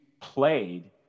played